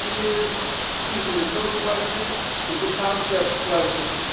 is excuse me, the code question is a concepts question.